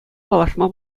паллашма